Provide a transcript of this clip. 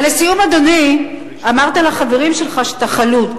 ולסיום, אדוני, אמרת לחברים שלך שאתה חלוד.